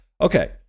Okay